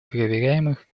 проверяемых